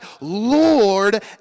Lord